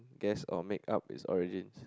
guess or make up its origins